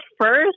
first